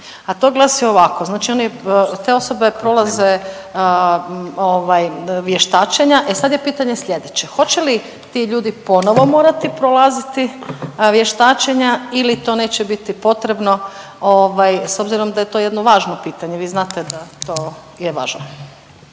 a to glasi ovako. Znači oni, te osobe prolaze ovaj vještačenja, e sad je pitanje slijedeće, hoće li ti ljudi ponovo morati prolaziti vještačenja ili to neće biti potrebno ovaj s obzirom da je to jedno važno pitanje, vi znate da to je važno.